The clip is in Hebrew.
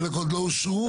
שחלק עוד לא אושרו.